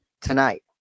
tonight